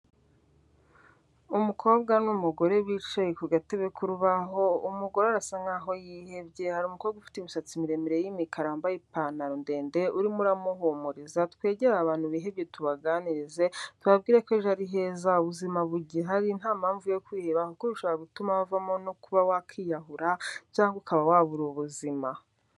Umukobwa n'umugore bicaye ku gatebe k'urubaho umugore arasa nk'aho yihebye, hari umukobwa ufite imisatsi miremire y'imikara wambaye ipantaro ndende urimo uramuhumuriza, twegere abantu bihebye tubaganirize tubabwire ko ejo ari heza, ubuzima bugihari nta mpamvu yo kwiba, kuko nishobora gutuma havamo no kuba wakiyahura cyangwa ukaba wabura ubuzima.